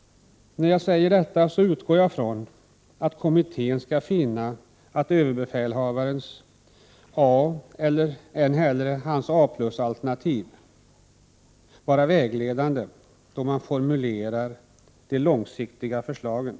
När jag säger detta, utgår jag från att kommittén skall finna överbefälhavarens A-alternativ, eller än hellre hans A+-alternativ, vara vägledande då man formulerar de långsiktiga förslagen.